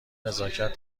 نزاکت